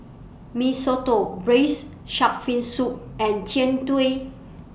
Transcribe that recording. Mee Soto Braised Shark Fin Soup and Jian Dui